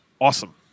awesome